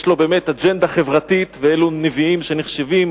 יש לו באמת אג'נדה חברתית, ואלו נביאים שנחשבים